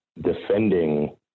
defending